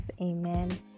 amen